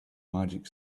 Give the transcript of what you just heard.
magic